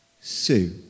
Sue